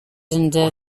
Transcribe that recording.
into